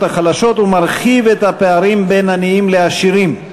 החלשות ומרחיב את הפערים בין עניים לעשירים.